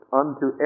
unto